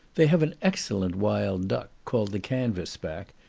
they have an excellent wild duck, called the canvass back,